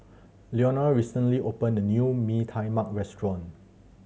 Leonore recently opened a new Mee Tai Mak restaurant